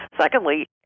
secondly